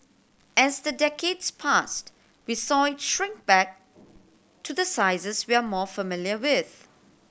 as the decades passed we saw shrink back to the sizes we are more familiar with